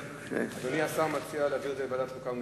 אדוני השר מציע להעביר את זה לוועדת החוקה,